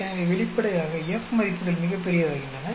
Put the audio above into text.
எனவே வெளிப்படையாக F மதிப்புகள் மிகப் பெரியதாகின்றன